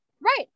right